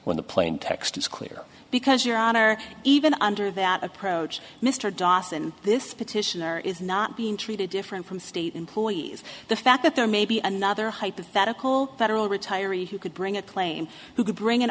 when the plain text is clear big as your honor even under that approach mr dawson this petitioner is not being treated different from state employees the fact that there may be another hypothetical federal retiree who could bring a claim who could bring an